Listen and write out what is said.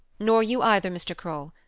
nor you either, mr. kroll.